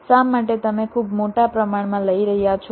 શા માટે તમે ખૂબ મોટા પ્રમાણમાં લઈ રહ્યા છો